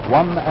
one